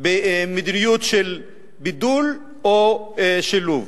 במדיניות של בידול או שילוב,